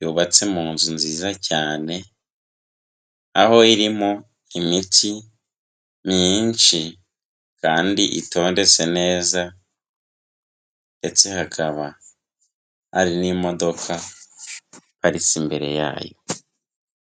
yubatse mu nzu nziza cyane, aho irimo imiti myinshi kandi itondetse neza, ndetse hakaba hari n'imodoka iparitse imbere yayo.